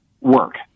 work